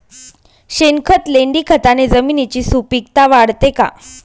शेणखत, लेंडीखताने जमिनीची सुपिकता वाढते का?